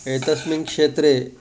एतस्मिन् क्षेत्रे